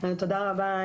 תודה רבה,